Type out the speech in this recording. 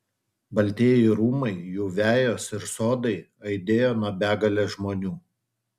baltieji rūmai jų vejos ir sodai aidėjo nuo begalės žmonių